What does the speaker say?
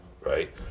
right